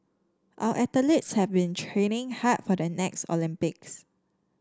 our athletes have been training hard for the next Olympics